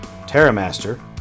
Terramaster